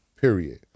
Period